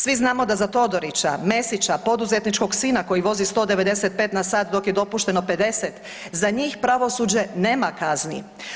Svi znamo da za Todorića, Mesića poduzetničkog sina koji vozi 195/h dok je dozvoljeno 50 za njih pravosuđe nema kazni.